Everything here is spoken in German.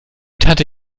tante